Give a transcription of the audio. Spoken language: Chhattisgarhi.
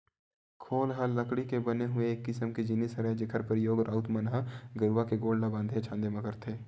खोल ह लकड़ी के बने हुए एक किसम के जिनिस हरय जेखर परियोग राउत मन ह गरूवा के गोड़ म बांधे छांदे बर करथे